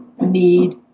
need